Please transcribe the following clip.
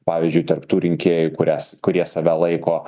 pavyzdžiui tarp tų rinkėjų kurias kurie save laiko